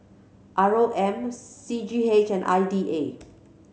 R O M C G H and I D A